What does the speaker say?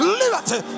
liberty